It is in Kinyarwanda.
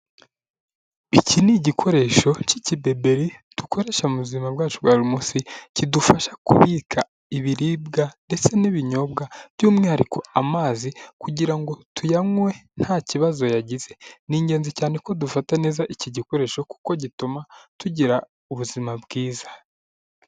Iki ni igikoresho cy'ikibeberi dukoresha mu buzima bwacu bwa buri munsi kidufasha kubika ibiribwa ndetse n'ibinyobwa by'umwihariko amazi kugira ngo tuyanywe nta kibazo yagize, ni ingenzi cyane ko dufata neza iki gikoresho kuko gituma tugira ubuzima bwiza.